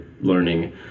learning